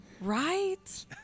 Right